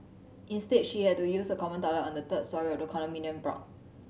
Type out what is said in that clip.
instead she had to use a common toilet on the third storey of the condominium block